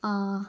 ആ